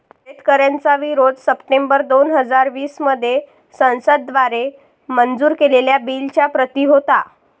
शेतकऱ्यांचा विरोध सप्टेंबर दोन हजार वीस मध्ये संसद द्वारे मंजूर केलेल्या बिलच्या प्रति होता